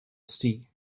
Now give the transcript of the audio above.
ste